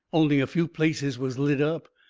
only a few places was lit up.